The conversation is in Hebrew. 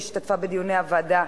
שהשתתפה בדיוני הוועדה,